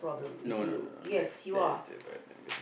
no no no that that is different